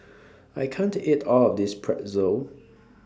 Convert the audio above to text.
I can't eat All of This Pretzel